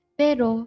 pero